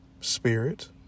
spirit